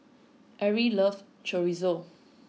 Arrie loves Chorizo